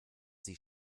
sie